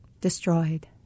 destroyed